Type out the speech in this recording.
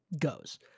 goes